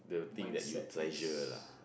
mindset yes